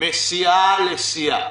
מסיעה לסיעה,